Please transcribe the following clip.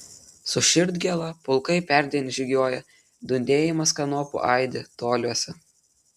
su širdgėla pulkai perdien žygiuoja dundėjimas kanopų aidi toliuose